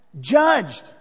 judged